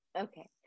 Okay